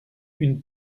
une